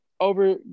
Over